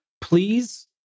please